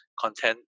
content